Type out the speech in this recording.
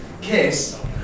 kiss